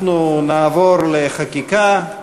אנחנו נעבור לחקיקה.